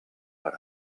per